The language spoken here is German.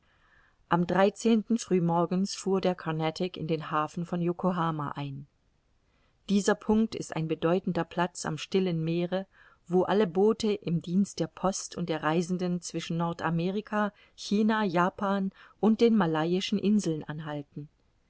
am früh morgens fuhr der carnatic in den hafen von yokohama ein dieser punkt ist ein bedeutender platz am stillen meere wo alle boote im dienst der post und der reisenden zwischen nordamerika china japan und den malaischen inseln anhalten